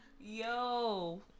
yo